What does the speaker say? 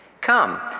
Come